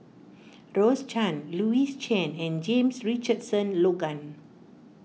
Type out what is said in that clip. Rose Chan Louis Chen and James Richardson Logan